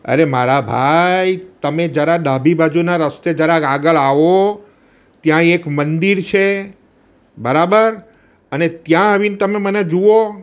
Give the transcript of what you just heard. અરે મારા ભાઈ તમે જરાક ડાબી બાજુના રસ્તે જરાક આગળ આવો ત્યા એક મંદિર છે બરાબર અને ત્યાં આવીને તમે મને જુઓ